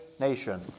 Nation